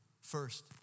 First